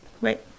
Right